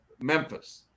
Memphis